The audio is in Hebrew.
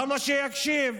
למה שיקשיב?